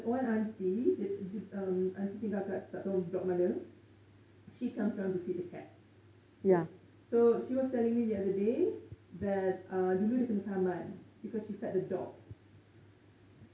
one auntie dia um auntie tinggal kat tak tahu block mana she comes around to feed the cats so she was telling me the other day that uh dulu dia kena saman because she fed the dogs